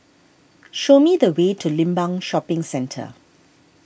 show me the way to Limbang Shopping Centre